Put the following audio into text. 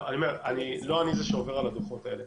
לא אני זה שעובר על הדוחות האלה